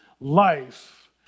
life